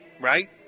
Right